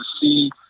see